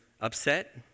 upset